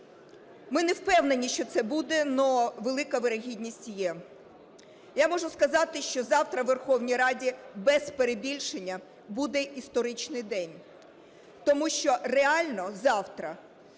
Ми не впевнені, що це буде, але велика вірогідність є. Я можу сказати, що завтра у Верховній Раді без перебільшення буде історичний день. Тому що реально завтра